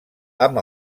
amb